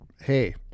Hey